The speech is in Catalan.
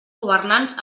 governants